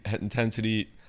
intensity